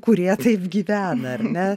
kurie taip gyvena ar ne